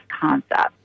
concept